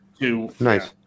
nice